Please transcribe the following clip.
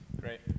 Great